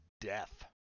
death